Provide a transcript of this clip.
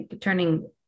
Turning